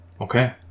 Okay